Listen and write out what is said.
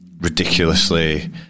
ridiculously